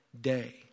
day